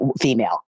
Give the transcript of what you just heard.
female